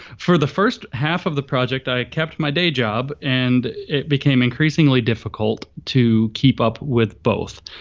for the first half of the project, i kept my day job. and it became increasingly difficult to keep up with both.